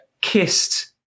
kissed